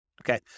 Okay